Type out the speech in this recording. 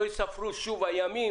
לא ייספרו שוב הימים